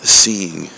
seeing